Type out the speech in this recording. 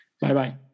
Bye-bye